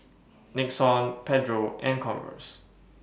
Nixon Pedro and Converse